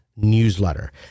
newsletter